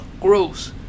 gross